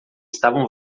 estavam